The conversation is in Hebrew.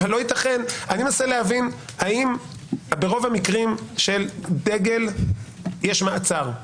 אני מנסה להבין האם ברוב המקרים של דגל יש מעצר?